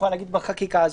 יכולה להגיד בחקיקה הזאת,